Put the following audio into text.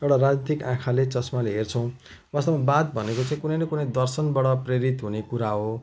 एउटा राजनैतिक आँखाले चस्माले हेर्छौँ वास्तवमा वाद भनेको चाहिँ कुनै न कुनै दर्शनबाट प्रेरित हुने कुरा हो